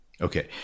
Okay